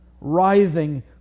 writhing